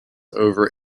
over